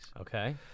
Okay